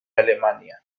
alemania